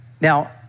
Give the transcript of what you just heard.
now